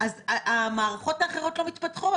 אז המערכות האחרות לא מתפתחות,